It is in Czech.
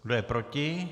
Kdo je proti?